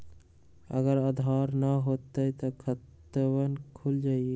अगर आधार न होई त खातवन खुल जाई?